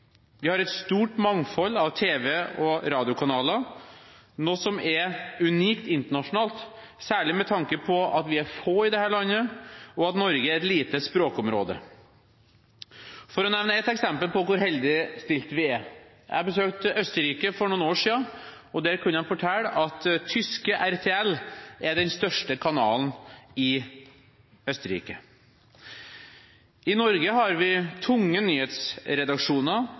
vi også privilegerte. Vi har et stort mangfold av TV- og radiokanaler, noe som er unikt internasjonalt, særlig med tanke på at vi er få i dette landet, og at Norge er et lite språkområde. For å nevne ett eksempel på hvor heldig stilt vi er: Jeg besøkte Østerrike for noen år siden, og der kunne de fortelle at tyske RTL var den største kanalen i Østerrike. I Norge har vi tunge nyhetsredaksjoner